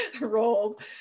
rolled